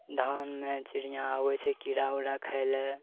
धानमे चिड़िआ अबै छै कीड़ा उड़ा खा लए